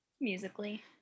musically